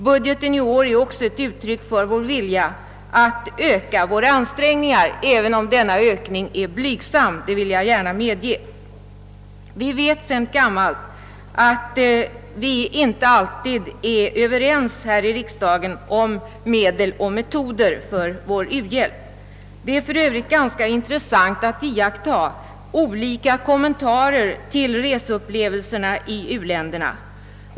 Budgeten i år är också ett uttryck för vår vilja att öka våra ansträngningar, även om denna ökning är blygsam — det vill jag gärna medge. Vi vet sedan gammalt att vi inte alltid är överens här i kammaren om medel och metoder för vår u-hjälp. Det är för övrigt ganska in tressant att iakttaga olika kommentarer till reseupplevelserna i u-länderna.